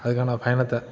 அதுக்கான பயணத்தை